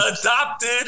adopted